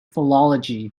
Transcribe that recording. philology